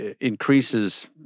increases